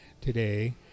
today